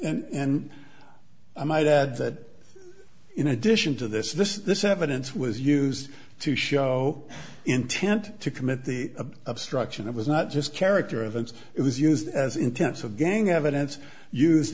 and i might add that in addition to this this this evidence was used to show intent to commit the obstruction it was not just character events it was used as intense of gang evidence used